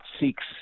seeks